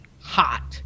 hot